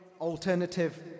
alternative